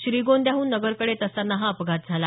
श्रीगोंद्याहून नगरकडे येत असताना हा अपघात झाला